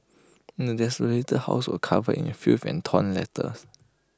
the desolated house were covered in filth and torn letters